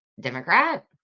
Democrat